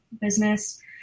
business